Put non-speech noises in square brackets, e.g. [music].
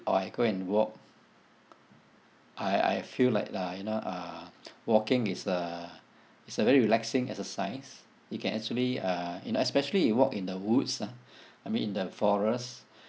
or I go and walk I I feel like lah you know uh [noise] walking is uh it's a very relaxing exercise you can actually uh you know especially you walk in the woods uh [breath] I mean in the forest